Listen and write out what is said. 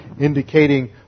indicating